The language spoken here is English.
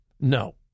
No